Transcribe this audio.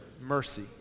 Mercy